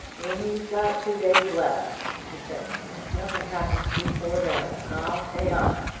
we've got two days left, he said. if nothing happens before then i'll pay up.